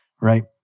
right